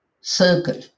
circle